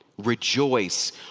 Rejoice